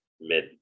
mid